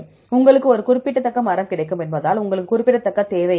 உங்களுக்கு ஒரு குறிப்பிடத்தக்க மரம் கிடைக்கும் என்பதால் உங்களுக்கு குறிப்பிடத்தக்க தேவை